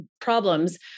problems